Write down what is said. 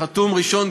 שחתום ראשון,